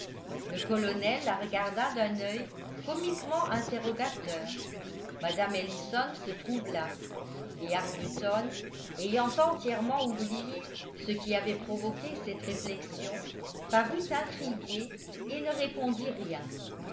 le colonel la regarda d'un œil comiquement interrogateur mme ellison se troubla et arbuton ayant entièrement oublié ce qui avait provoqué cette réflexion parut intrigué et ne répondit rien